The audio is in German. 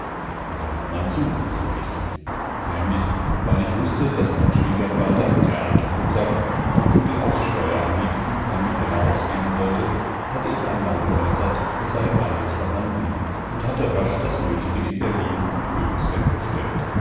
na man zu sag ich nämlich weil ich wußte daß mein schwiegervater der alte ruppsack auch für die aussteuer am liebsten keinen heller ausgeben wollte hatte ich einmal geäußert es sei alles vorhanden und hatte rasch das nötige in berlin und königsberg bestellt